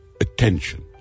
attention